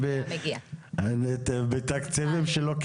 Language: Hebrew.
זאת תזכורת